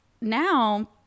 now